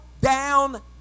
down